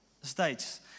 States